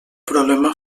problema